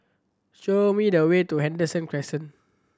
show me the way to Henderson Crescent